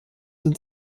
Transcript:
sind